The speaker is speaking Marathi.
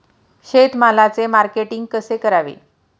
शेतमालाचे मार्केटिंग कसे करावे?